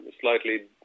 slightly